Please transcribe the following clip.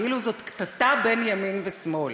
כאילו זאת קטטה בין ימין ושמאל,